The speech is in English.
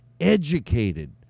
educated